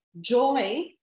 joy